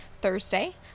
Thursday